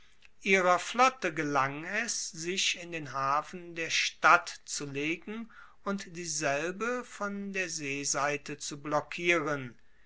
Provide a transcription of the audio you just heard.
ihrer flotte gelang es sich in den hafen der stadt zu legen und dieselbe von der seeseite zu blockieren